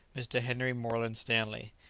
mr. henry moreland stanley.